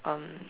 um